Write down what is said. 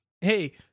Hey